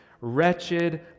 Wretched